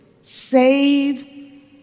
save